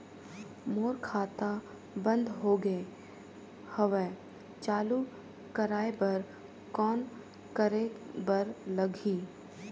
मोर खाता बंद हो गे हवय चालू कराय बर कौन करे बर लगही?